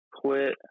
quit